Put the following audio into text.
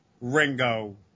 Ringo